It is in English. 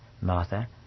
Martha